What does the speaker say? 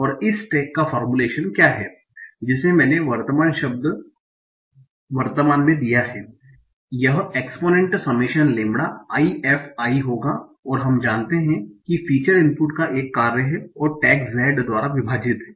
और इस टैग का फोर्मूलेशन क्या है जिसे मैंने वर्तमान शब्द वर्तमान में दिया है यह exponent summation lambda i f i होगा और हम जानते हैं कि फीचर इनपुट का एक कार्य है और टैग Z द्वारा विभाजित है